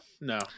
No